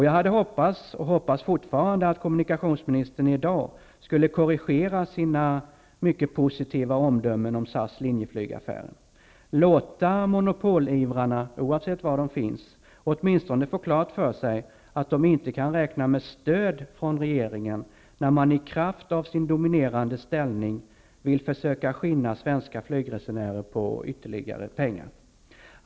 Jag hade hoppats -- och hoppas fortfarande -- att kommunikationsministern i dag skulle korrigera sina mycket positiva omdömen om SAS/Linjeflygaffären, låta monopolivrarna, oavsett var de finns, åtminstone få klart för sig att de inte kan räkna med stöd från regeringen, när man i kraft av sin dominerande ställning vill försöka skinna svenska flygresenärer på ytterligare pengar.